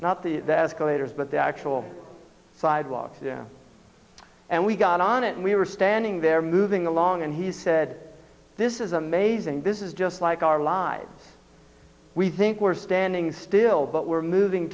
not the escalators but the actual sidewalks and we got on it and we were standing there moving along and he said this is amazing this is just like our lives we think we're standing still but we're moving